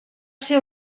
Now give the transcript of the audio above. ser